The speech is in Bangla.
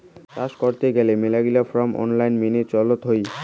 চাস করত গেলে মেলাগিলা ফার্ম আইন মেনে চলত হই